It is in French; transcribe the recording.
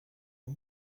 aux